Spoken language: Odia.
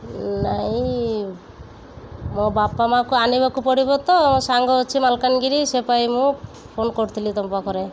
ନାଇଁ ମୋ ବାପା ମାଆଙ୍କୁ ଆଣିବାକୁ ପଡ଼ିବ ତ ସାଙ୍ଗ ଅଛି ମାଲକାନଗିରି ସେଥିପାଇଁ ମୁଁ ଫୋନ୍ କରିଥିଲି ତୁମ ପାଖରେ